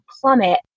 plummet